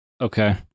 Okay